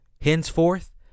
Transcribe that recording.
Henceforth